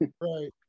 Right